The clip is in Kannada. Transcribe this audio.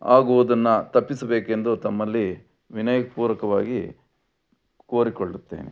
ಆಗುವುದನ್ನು ತಪ್ಪಿಸಬೇಕೆಂದು ತಮ್ಮಲ್ಲಿ ವಿನಯಪೂರ್ವಕವಾಗಿ ಕೋರಿಕೊಳ್ಳುತ್ತೇನೆ